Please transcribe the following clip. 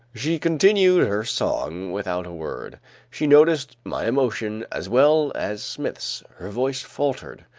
she continued her song without a word she noticed my emotion as well as smith's her voice faltered.